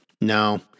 No